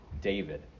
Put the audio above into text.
David